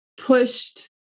pushed